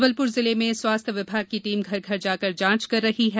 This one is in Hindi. जबलपुर जिले में स्वास्थ्य विभाग की टीम घर घर जाकर जांच कर रही है